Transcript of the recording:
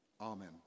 Amen